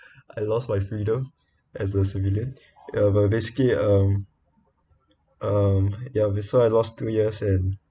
I lost my freedom as a civilian ya but basically um ya so I lost two years in